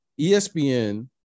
ESPN